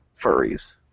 furries